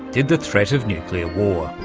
did the threat of nuclear war.